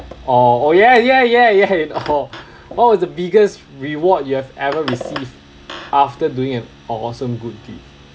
orh oh yeah yeah yeah yeah orh what was the biggest reward you have ever received after doing an awesome good deed